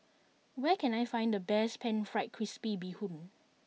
where can I find the best pan fried crispy bee hoon